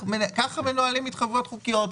קודם כל מה שמשלמים זה התחייבויות חוקיות.